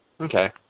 Okay